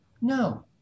no